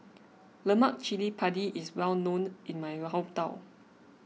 Lemak Cili Padi is well known in my hometown